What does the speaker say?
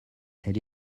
elle